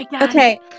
Okay